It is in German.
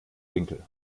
winkel